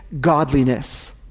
godliness